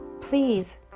please